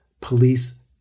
Police